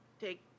take